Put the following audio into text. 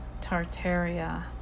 Tartaria